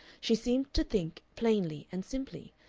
she seemed to think plainly and simply,